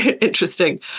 interesting